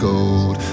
Gold